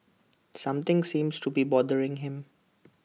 something seems to be bothering him